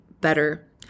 better